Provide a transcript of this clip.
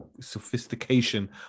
sophistication